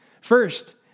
First